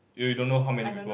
you don't know how many people